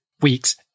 week's